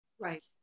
Right